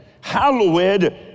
hallowed